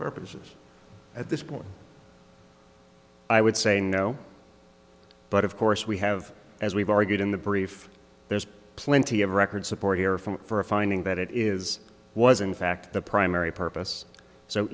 purposes at this point i would say no but of course we have as we've argued in the brief there's plenty of record support here for a finding that it is was in fact the primary purpose so